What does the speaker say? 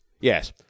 yes